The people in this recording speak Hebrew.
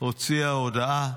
הוציאה הודעה: